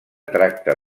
tracta